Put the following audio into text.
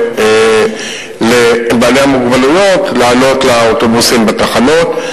לבעלי מוגבלות לעלות לאוטובוסים בתחנות,